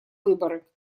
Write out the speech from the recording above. выборы